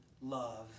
love